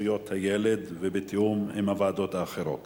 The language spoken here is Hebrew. לזכויות הילד ובתיאום עם הוועדות האחרות